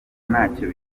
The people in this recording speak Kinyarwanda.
ntacyo